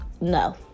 No